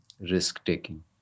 risk-taking